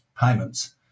Payments